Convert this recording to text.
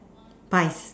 pies